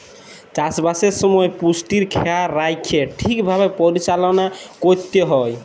চাষবাসের সময় পুষ্টির খেয়াল রাইখ্যে ঠিকভাবে পরিচাললা ক্যইরতে হ্যয়